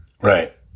Right